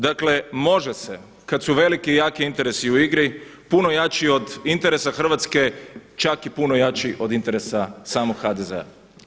Dakle, može se kada su veliki i jaki interesi u igri, puno jači od interesa Hrvatske, čak i puno jači od interesa samog HDZ-a.